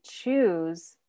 choose